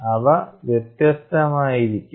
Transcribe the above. അവ വ്യത്യസ്തമായിരിക്കും